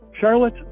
Charlotte